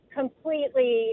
completely